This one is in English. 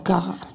God